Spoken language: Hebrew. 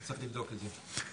צריך לבדוק את זה.